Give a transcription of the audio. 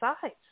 sides